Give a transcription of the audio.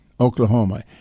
Oklahoma